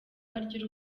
barya